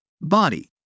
Body